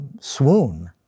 swoon